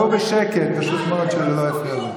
דברו בשקט, פשוט מאוד שזה לא יפריע לי.